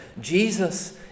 Jesus